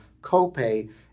copay